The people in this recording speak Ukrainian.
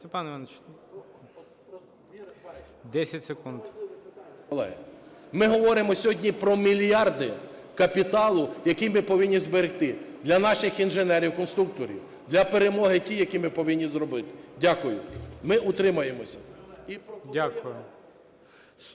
ми говоримо сьогодні про мільярди капіталу, який ми повинні зберегти для наших інженерів-конструкторів, для перемог тих, які ми повинні зробити. Дякую. Ми утримаємося.